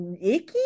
icky